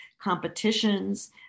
competitions